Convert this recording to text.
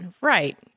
Right